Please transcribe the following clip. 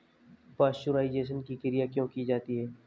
Pasteurisation की क्रिया क्यों की जाती है?